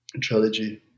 trilogy